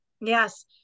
Yes